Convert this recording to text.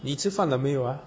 你吃饭了没有啊